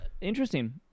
Interesting